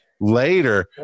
later